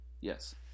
Yes